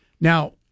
Now